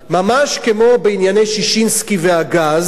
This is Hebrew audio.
ממש כמו בענייני ששינסקי והגז.